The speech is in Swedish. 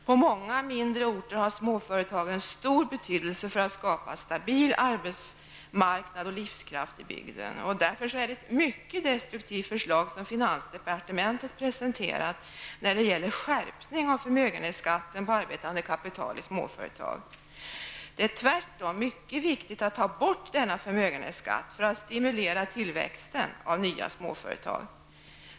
På många mindre orter har småföretagen stor betydelse för att skapa en stabil arbetsmarknad och livskraft i bygden. Därför är det ett mycket destruktivt förslag som finansdepartementet presenterat när det gäller att skärpa förmögenhetsskatten på arbetande kapital i småföretag. Det är tvärtom mycket viktigt att i stället ta bort denna förmögenhetsskatt för att stimulera tillväxten av nya småföretag.